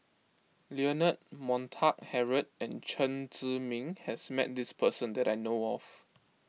Leonard Montague Harrod and Chen Zhiming has met this person that I know of